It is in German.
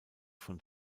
von